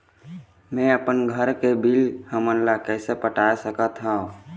मैं अपन घर के बिल हमन ला कैसे पटाए सकत हो?